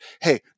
hey